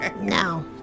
No